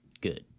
good